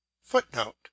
Footnote